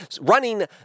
running